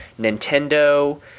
Nintendo